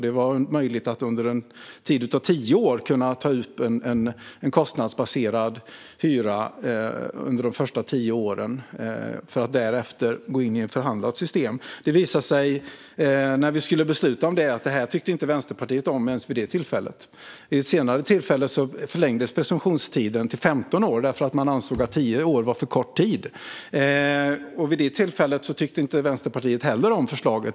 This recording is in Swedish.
Det var då möjligt att under en tid av 10 år, de första 10 åren, ta ut en kostnadsbaserad hyra för att därefter gå in i ett förhandlat system. Det visade sig när vi skulle besluta om detta att Vänsterpartiet inte tyckte om det ens vid det tillfället. Vid ett senare tillfälle förlängdes presumtionstiden till 15 år därför att man ansåg att 10 år var för kort tid. Inte heller vid det tillfället tyckte Vänsterpartiet om förslaget.